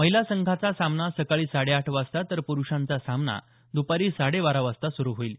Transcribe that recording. महिला संघाचा सामना सकाळी साडेआठ वाजता तर पुरुषांचा सामना दुपारी साडेबारा वाजता सुरु होईल